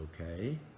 okay